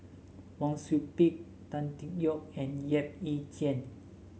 Wang Sui Pick Tan Tee Yoke and Yap Ee Chian